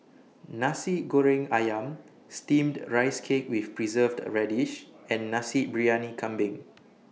Nasi Goreng Ayam Steamed Rice Cake with Preserved Radish and Nasi Briyani Kambing